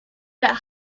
that